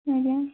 ଆଜ୍ଞା